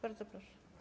Bardzo proszę.